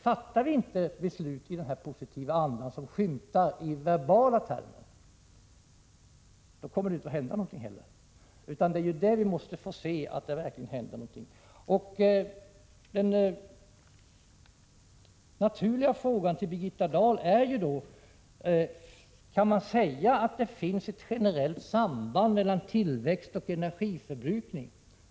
Fattar vi inte beslut i den positiva anda som skymtar i verbala termer, då kommer det inte heller att hända någonting. Vi måste få se att det verkligen händer någonting. Den naturliga frågan till Birgitta Dahl blir då: Kan man säga att det finns ett generellt samband mellan tillväxt och energiförbrukning?